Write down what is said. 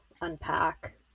unpack